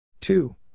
Two